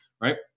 right